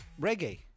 reggae